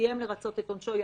סיים לרצות את עונשו,